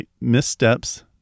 missteps